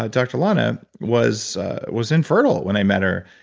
ah dr. lana, was was infertile when i met her.